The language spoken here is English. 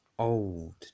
old